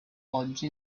oggi